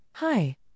Hi